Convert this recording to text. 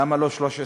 למה לא 13?